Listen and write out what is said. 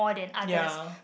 ya